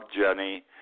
Jenny